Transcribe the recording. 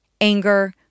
Anger